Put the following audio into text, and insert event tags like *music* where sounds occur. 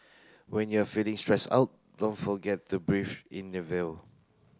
when you are feeling stressed out don't forget to breathe in the *unintelligible*